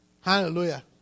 Hallelujah